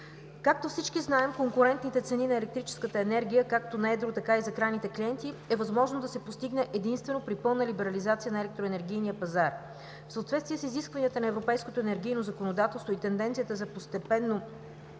Както всички знаем, конкурентните цени на електрическата енергия както на едро, така и за крайните клиенти, е възможно да се постигне единствено при пълна либерализация на електроенергийния пазар. В съответствие с изискванията на европейското енергийно законодателство и тенденцията за постепенно